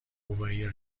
گواهی